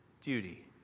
duty